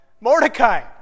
Mordecai